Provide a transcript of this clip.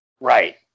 Right